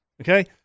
okay